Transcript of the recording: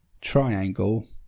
Triangle